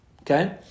okay